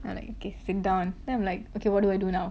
ah like okay sit down then I'm like okay what do I do now